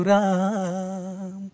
Ram